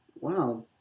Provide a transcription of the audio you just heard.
wow